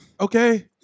Okay